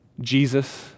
Jesus